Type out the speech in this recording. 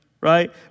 right